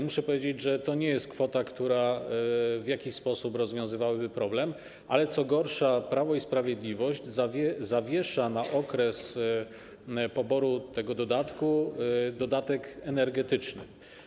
Muszę powiedzieć, że to nie jest kwota, która w jakiś sposób rozwiązywałaby problem, a co gorsza Prawo i Sprawiedliwość zawiesza na okres poboru tego dodatku przyznawanie dodatku energetycznego.